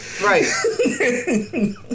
Right